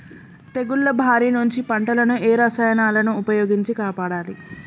తెగుళ్ల బారి నుంచి పంటలను ఏ రసాయనాలను ఉపయోగించి కాపాడాలి?